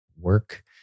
work